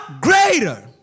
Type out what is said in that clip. greater